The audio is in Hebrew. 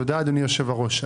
תודה, אדוני יושב הראש.